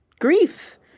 grief